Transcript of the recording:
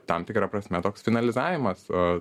tam tikra prasme toks finansavimas